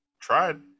tried